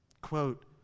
Quote